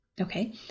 Okay